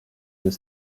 des